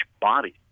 body